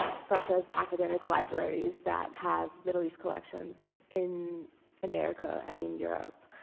such as academic libraries that have middle east collections in america and in europe.